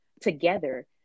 together